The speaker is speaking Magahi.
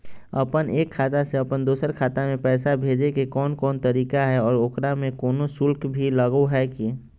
अपन एक खाता से अपन दोसर खाता में पैसा भेजे के कौन कौन तरीका है और ओकरा में कोनो शुक्ल भी लगो है की?